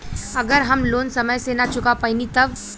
अगर हम लोन समय से ना चुका पैनी तब?